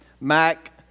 Mac